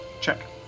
check